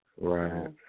Right